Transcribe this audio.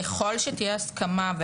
ככל שתהיה הסכמה,